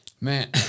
Man